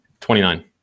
29